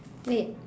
wait